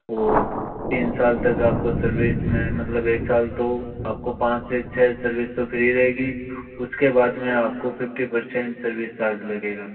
और तीन साल तक आपको सर्विस में मतलब एक साल तो आपको पाँच से छः सर्विस तो फ्री रहेगी उसके बाद में आपको फिफ्टी पर्सेंट सर्विस चार्ज लगेगा